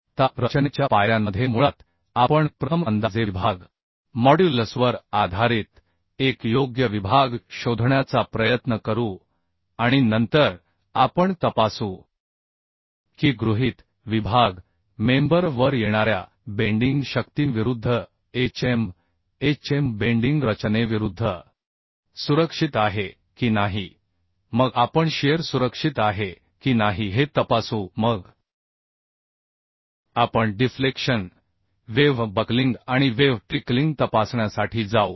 आता रचनेच्या पायऱ्यांमध्ये मुळात आपण प्रथम अंदाजे विभाग मॉड्युलसवर आधारित एक योग्य विभाग शोधण्याचा प्रयत्न करू आणि नंतर आपण तपासू की गृहीत विभाग मेंबर वर येणाऱ्या बेंडिंग शक्तींविरूद्ध बेंडिंग रचनेविरूद्ध सुरक्षित आहे की नाही मग आपण शिअर सुरक्षित आहे की नाही हे तपासू मग आपण डिफ्लेक्शन वेव्ह बकलिंग आणि वेव्ह ट्रिकलिंग तपासण्यासाठी जाऊ